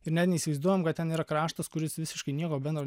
ir net neįsivaizduojam kad ten yra kraštas kuris visiškai nieko bendro